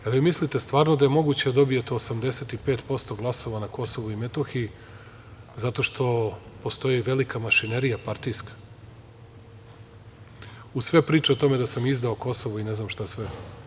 Da li vi mislite stvarno da je moguće da dobijete 85% glasova na Kosovu i Metohiji zato što postoji velika mašinerija partijska uz sve priče o tome da sam izdao Kosovo i ne znam šta sve?